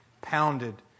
pounded